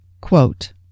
Quote